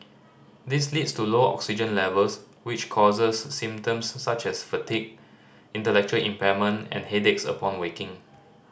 this leads to low oxygen levels which causes symptoms such as fatigue intellectual impairment and headaches upon waking